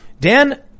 Dan